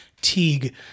Teague